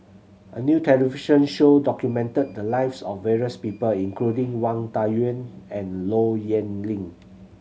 a new television show documented the lives of various people including Wang Dayuan and Low Yen Ling